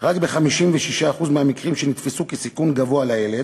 רק ב-56% מהמקרים שנתפסו כסיכון גבוה לילד,